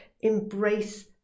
embrace